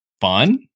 fun